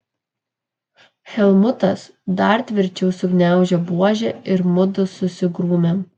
helmutas dar tvirčiau sugniaužė buožę ir mudu susigrūmėm